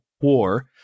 war